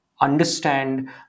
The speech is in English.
understand